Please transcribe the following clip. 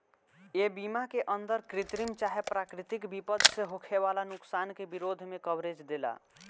ए बीमा के अंदर कृत्रिम चाहे प्राकृतिक विपद से होखे वाला नुकसान के विरोध में कवरेज देला